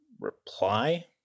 reply